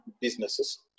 businesses